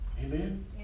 Amen